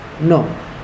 No